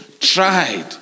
tried